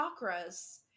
chakras